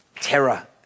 terror